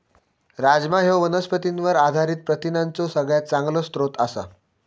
राजमा ह्यो वनस्पतींवर आधारित प्रथिनांचो सगळ्यात चांगलो स्रोत आसा